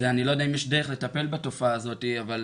ואני לא יודע אם יש דרך לטפל בתופעה הזאת אבל,